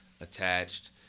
attached